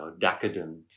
decadent